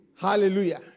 Hallelujah